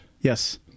Yes